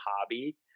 hobby